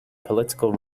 political